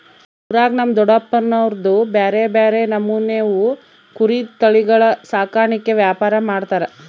ಊರಾಗ ನಮ್ ದೊಡಪ್ನೋರ್ದು ಬ್ಯಾರೆ ಬ್ಯಾರೆ ನಮೂನೆವು ಕುರಿ ತಳಿಗುಳ ಸಾಕಾಣಿಕೆ ವ್ಯಾಪಾರ ಮಾಡ್ತಾರ